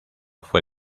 fue